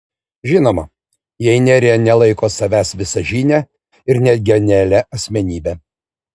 žinoma jei nerija nelaiko savęs visažine ir net genialia asmenybe